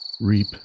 reap